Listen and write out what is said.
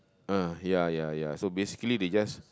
ah ya ya ya so basically they just